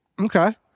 Okay